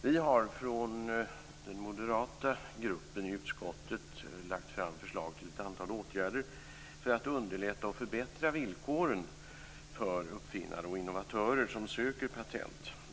Vi har från den moderata gruppen i utskottet lagt fram förslag till ett antal åtgärder för att underlätta och förbättra villkoren för uppfinnare och innovatörer som söker patent.